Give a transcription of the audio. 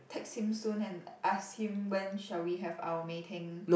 text him soon and ask him when shall we have our meeting